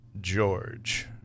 george